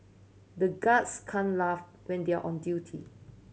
the guards can't laugh when they are on duty